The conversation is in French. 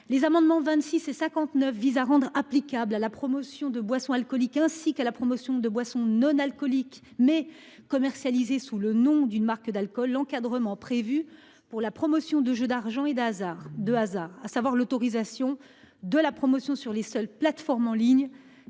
L'amendement n 26 rectifié vise à appliquer à la promotion de boissons alcooliques ainsi qu'à celle de boissons non alcooliques, mais commercialisées sous le nom d'une marque d'alcool, l'encadrement prévu pour la promotion des jeux d'argent et de hasard, à savoir leur autorisation sur les seules plateformes en ligne